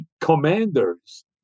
commanders